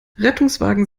rettungswagen